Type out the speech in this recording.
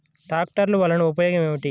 ట్రాక్టర్లు వల్లన ఉపయోగం ఏమిటీ?